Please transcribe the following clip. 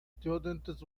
students